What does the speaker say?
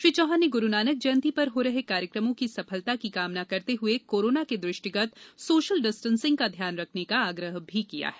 श्री चौहान ने गुरुनानक जयंती पर हो रहे कार्यक्रमों की सफलता की कामना करते हुए कोरोना के दृष्टिगत सोशल डिस्टेंसिंग का ध्यान रखने का आग्रह किया है